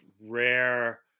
rare